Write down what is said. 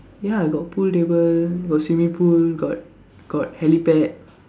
ya got pool table got swimming pool got got helipad